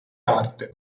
arte